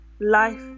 Life